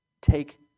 take